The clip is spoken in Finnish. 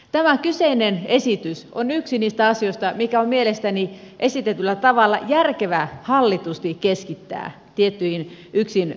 tämä kyseinen esitys on yksi niistä asioista mikä on mielestäni esitetyllä tavalla järkevää hallitusti keskittää tietyille yksille harteille